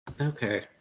Okay